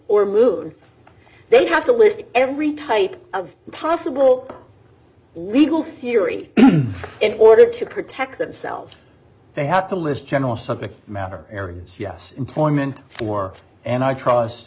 rude they have to list every type of possible legal theory in order to protect themselves they have to list general subject matter areas yes employment for and i trust